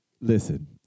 Listen